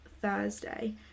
thursday